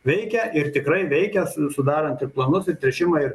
veikia ir tikrai veikęs sudarant ir planus ir tręšimui ir